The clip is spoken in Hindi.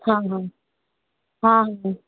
हाँ हाँ हाँ हाँ